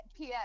ps